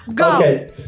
Okay